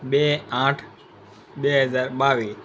બે આઠ બે હજાર બાવીસ